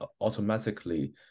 automatically